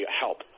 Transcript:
help